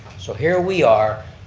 so here we are,